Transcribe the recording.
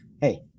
hey